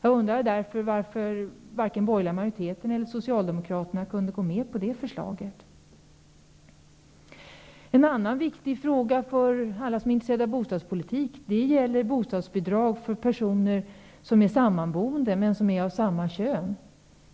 Jag undrar därför varför varken den borgerliga majoriteten eller Socialdemokraterna kunde gå med på det förslaget. En annan viktig fråga för alla som är intresserade av bostadspolitik är frågan om bostadsbidrag till personer av samma kön som är sammanboende. Alla vi som sitter här